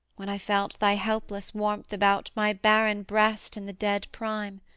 when i felt thy helpless warmth about my barren breast in the dead prime